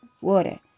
water